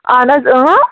اَہَن حظ